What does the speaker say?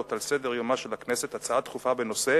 על סדר-יומה של הכנסת הצעה דחופה בנושא: